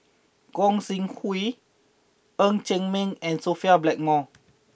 Gog Sing Hooi Ng Chee Meng and Sophia Blackmore